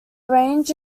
range